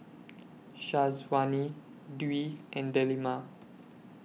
Syazwani Dwi and Delima